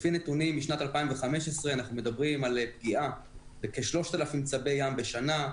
לפי נתונים משנת 2015 אנחנו מדברים על פגיעה בכ-3,000 צבי ים בשנה,